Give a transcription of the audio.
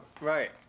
Right